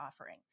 offering